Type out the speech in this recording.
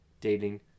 dating